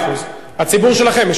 הציבור שלכם משרת בצבא.